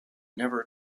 never